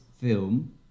film